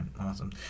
awesome